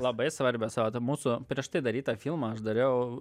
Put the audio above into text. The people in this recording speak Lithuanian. labai svarbios vat mūsų prieš tai darytą filmą aš dariau